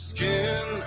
Skin